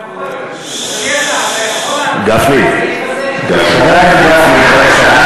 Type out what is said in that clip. אדוני השר,